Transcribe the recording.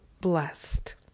blessed